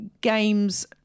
games